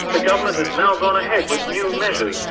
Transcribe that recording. the government has now gone ahead with new measures,